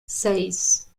seis